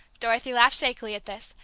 dorothy laughed shakily at this,